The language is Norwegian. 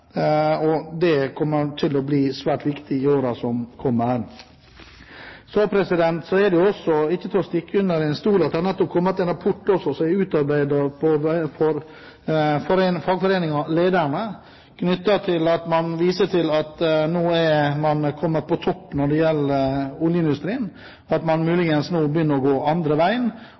kommer til å bli svært viktig i årene som kommer. Så er det ikke til å stikke under stol at det nettopp er kommet en rapport som er utarbeidet for fagforeningen Lederne, som viser til at man nå er kommet på topp når det gjelder oljeindustrien, og at det nå muligens begynner å gå andre veien,